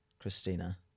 Christina